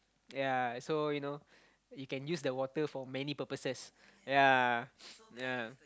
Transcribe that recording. ya so you know you can use the water for many purposes ya ya